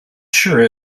sure